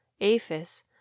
aphis